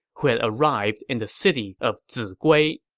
who had arrived in the city of zigui